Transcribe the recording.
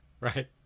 right